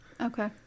Okay